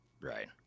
Right